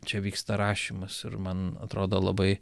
čia vyksta rašymas ir man atrodo labai